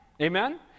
Amen